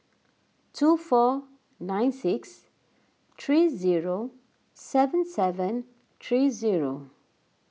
two four nine six three zero seven seven three zero